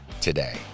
today